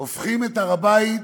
הופכים את הר-הבית